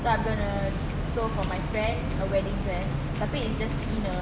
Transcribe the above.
so I'm gonna sew for my friend her wedding dress tapi it's just dinner